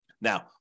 Now